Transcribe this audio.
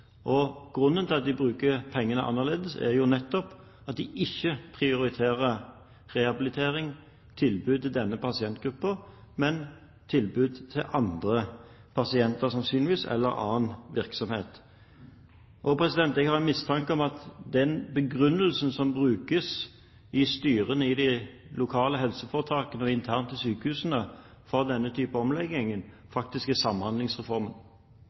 bruker pengene annerledes nettopp ved at de ikke prioriterer rehabilitering og tilbud til denne pasientgruppen, men tilbud til andre pasienter – sannsynligvis – eller annen virksomhet. Og jeg har en mistanke om at den begrunnelsen som brukes i styrene i de lokale helseforetakene og internt i sykehusene for denne type omlegging, faktisk er Samhandlingsreformen.